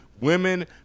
Women